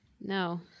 No